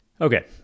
Okay